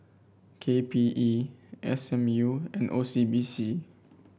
K P E S M U and O C B C